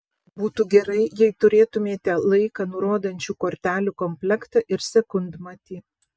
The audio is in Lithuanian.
būtų gerai jei turėtumėte laiką nurodančių kortelių komplektą ir sekundmatį